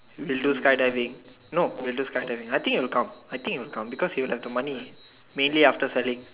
will do sky diving no will do sky diving I think he will come I think he will come because he will have th money mainly after selling